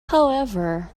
however